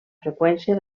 freqüència